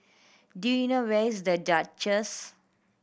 do you know where is The Duchess